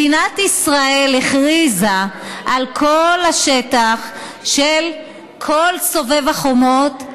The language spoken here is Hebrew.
מדינת ישראל הכריזה על כל השטח של כל סובב החומות,